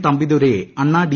തമ്പിദുരൈയെ അണ്ണാ ഡി